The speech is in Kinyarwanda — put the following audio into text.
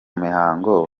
mihango